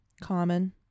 Common